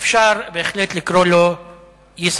אפשר בהחלט לקרוא לו ישראבלוף.